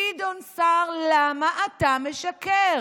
גדעון סער, למה אתה משקר?